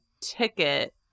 ticket